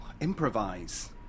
Improvise